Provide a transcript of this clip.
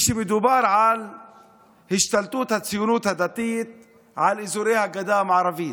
מדובר על השתלטות הציונות הדתית על אזורי הגדה המערבית,